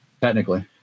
Technically